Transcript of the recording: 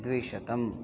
द्विशतम्